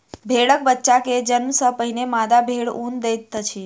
भेड़क बच्चा के जन्म सॅ पहिने मादा भेड़ ऊन दैत अछि